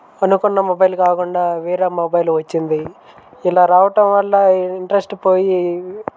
అనుకున్న మొబైల్ కాకుండా వేరే మొబైలు వచ్చింది ఇలా రావటం వల్ల ఇంట్రెస్ట్ పోయి